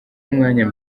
umwanya